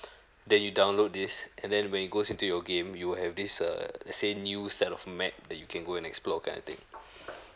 then you download this and then when it goes into your game you will have this err let's say new set of map that you can go and explore kind of thing